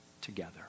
together